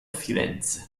firenze